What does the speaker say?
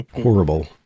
Horrible